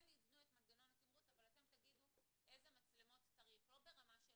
הם יבנו את מנגנון תימרוץ קבל אתם תגידו איזה מצלמות צריך ברמה של